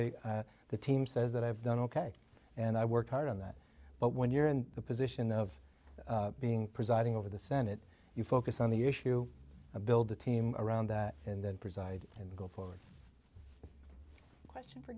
i the team says that i've done ok and i worked hard on that but when you're in the position of being presiding over the senate you focus on the issue build a team around that and then preside and go forward question for